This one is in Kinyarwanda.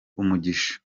umugisha